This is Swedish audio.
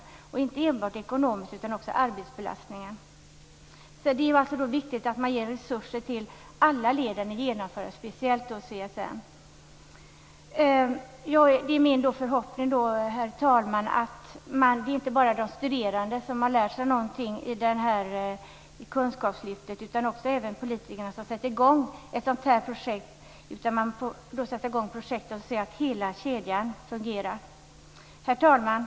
Det har inte enbart varit en ekonomisk belastning, utan också en arbetsbelastning. Det är viktigt att man ger resurser till alla leden för genomförandet - speciellt CSN. Det är min förhoppning, herr talman, att det inte bara är de studerande som har lärt sig någonting i kunskapslyftet, utan även politikerna. Man får inte sätta i gång ett projekt utan att se till att hela kedjan fungerar. Herr talman!